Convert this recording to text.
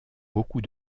beaucoup